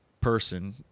person